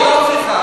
רכילות.